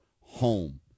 home